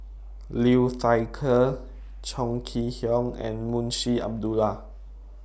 Liu Thai Ker Chong Kee Hiong and Munshi Abdullah